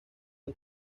los